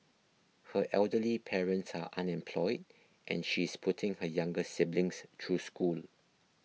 her elderly parents are unemployed and she is putting her younger siblings through school